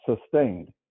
Sustained